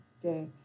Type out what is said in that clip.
day